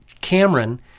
Cameron